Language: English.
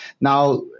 now